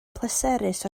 pleserus